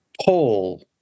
Paul